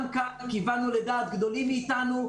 גם כאן כיוונו לדעת גדולים מאיתנו.